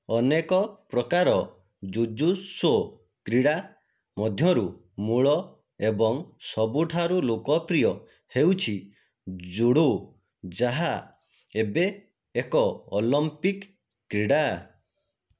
ଅନେକ ପ୍ରକାର ଜୁଜୁତ୍ସୁ କ୍ରୀଡ଼ା ମଧ୍ୟରୁ ମୂଳ ଏବଂ ସବୁଠାରୁ ଲୋକପ୍ରିୟ ହେଉଛି ଜୁଡ଼ୋ ଯାହା ଏବେ ଏକ ଅଲିମ୍ପିକ୍ କ୍ରୀଡ଼ା